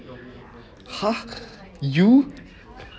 !huh! you